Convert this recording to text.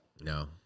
No